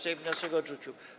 Sejm wniosek odrzucił.